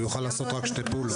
ויוכל לעשות רק שתי פעולות.